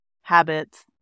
habits